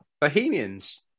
Bohemians